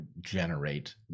generate